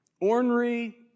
ornery